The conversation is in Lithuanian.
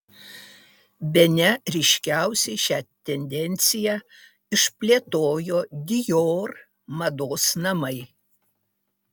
bene ryškiausiai šią tendenciją išplėtojo dior mados namai